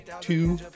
Two